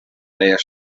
deia